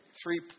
three